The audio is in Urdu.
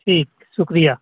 ٹھیک ہے شکریہ